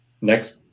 next